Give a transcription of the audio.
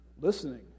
listening